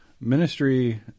ministry